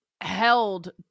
held